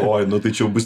oj nu tai čia jau bus